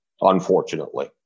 unfortunately